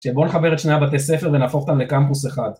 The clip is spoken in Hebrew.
כן, בואו נחבר את שני הבתי ספר ונהפוך אותם לקמפוס אחד.